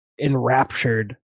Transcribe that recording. enraptured